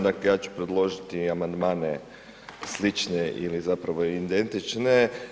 Dakle ja ću predložiti i amandmane slične ili zapravo identične.